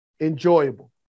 enjoyable